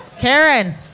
Karen